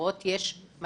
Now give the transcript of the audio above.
לחברות יש מנכ"ל,